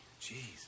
Jeez